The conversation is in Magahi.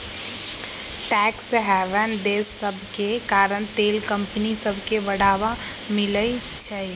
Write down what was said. टैक्स हैवन देश सभके कारण तेल कंपनि सभके बढ़वा मिलइ छै